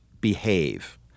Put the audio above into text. behave